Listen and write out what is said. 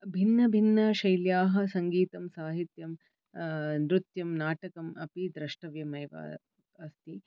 भिन्नभिन्नशैल्याः सङ्गीतं साहित्यं नृत्यम् नाटकम् अपि द्रष्टव्यमेव अस्ति